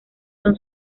son